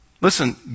Listen